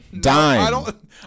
dime